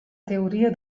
teoria